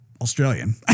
Australian